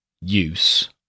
use